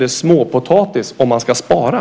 Det är småpotatis om man ska spara.